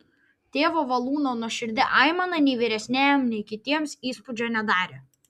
tėvo valūno nuoširdi aimana nei vyresniajam nei kitiems įspūdžio nedarė